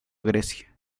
grecia